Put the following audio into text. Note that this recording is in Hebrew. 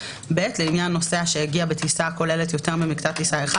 (ב) לעניין נוסע שהגיע בטיסה הכוללת יותר ממקטע טיסה אחד